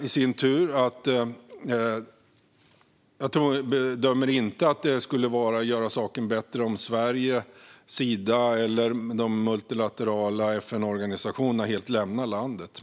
Jag bedömer inte att det skulle göra saken bättre om Sverige, Sida eller de multilaterala FN-organisationerna helt lämnade landet.